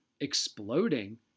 exploding